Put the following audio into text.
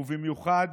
ובמיוחד